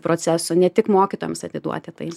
proceso ne tik mokytojams atiduoti tai